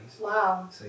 Wow